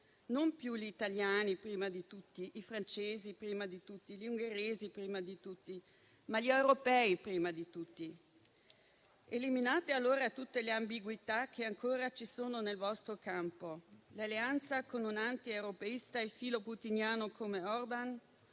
non più gli italiani prima di tutti, i francesi prima di tutti, gli ungheresi prima di tutti, ma gli europei prima di tutti. Eliminate, allora, tutte le ambiguità che ancora ci sono nel vostro campo: l'alleanza con un antieuropeista e filoputiniano come Orbán